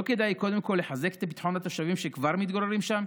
לא כדאי קודם כול לחזק את ביטחון התושבים שכבר מתגוררים שם?